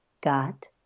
got